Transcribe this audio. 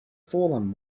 fallen